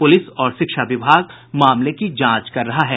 police और शिक्षा विभाग मामले की जांच कर रहा है